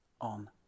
on